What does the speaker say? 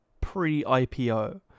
pre-IPO